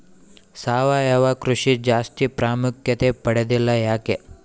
ಸಾವಯವ ಕೃಷಿ ಜಾಸ್ತಿ ಪ್ರಾಮುಖ್ಯತೆ ಪಡೆದಿಲ್ಲ ಯಾಕೆ?